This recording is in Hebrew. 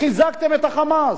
חיזקתם את ה"חמאס".